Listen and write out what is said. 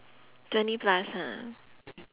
twenty plus ha